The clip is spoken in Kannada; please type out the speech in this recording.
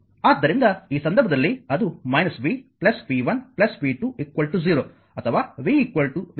ಆದ್ದರಿಂದ ಈ ಸಂದರ್ಭದಲ್ಲಿ ಅದು v v 1 v 20 ಅಥವಾ v v 1 v 2